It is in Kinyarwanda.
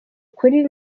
ukuri